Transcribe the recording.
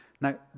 Now